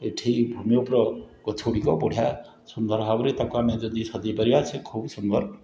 ଏଠି ଭୂମି ଉପର ଗଛଗୁଡ଼ିକ ବଢ଼ିଆ ସୁନ୍ଦର ଭାବରେ ତାକୁ ଆମେ ଯଦି ସଜେଇ ପାରିବା ସେ ଖୁବ୍ ସୁନ୍ଦର